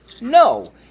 No